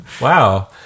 Wow